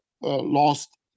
lost